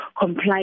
comply